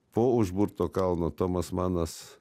po užburto kalno tomas manas